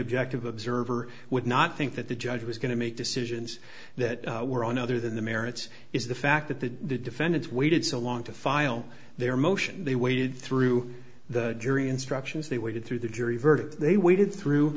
objective observer would not think that the judge was going to make decisions that were on other than the merits is the fact that the defendants waited so long to file their motion they waited through the jury instructions they waited through the jury verdict they waited through